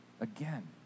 Again